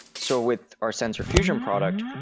so with our sensor fusion product,